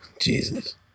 Jesus